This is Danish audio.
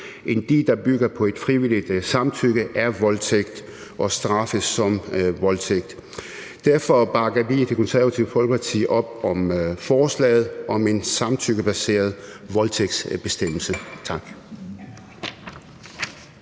end de, der bygger på et frivilligt samtykke, er voldtægt og straffes som voldtægt. Derfor bakker vi i Det Konservative Folkeparti op om forslaget om en samtykkebaseret voldtægtsbestemmelse. Tak.